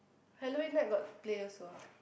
Halloween night got play also ah